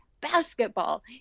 basketball